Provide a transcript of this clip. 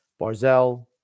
Barzell